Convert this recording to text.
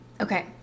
okay